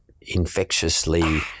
infectiously